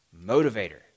motivator